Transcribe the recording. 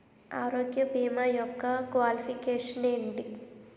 ఆరోగ్య భీమా యెక్క క్వాలిఫికేషన్ ఎంటి?